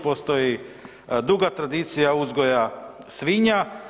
Postoji duga tradicija uzgoja svinja.